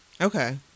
Okay